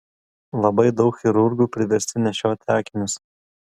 labai daug chirurgų priversti nešioti akinius